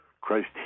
Christ